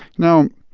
now,